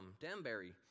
Danbury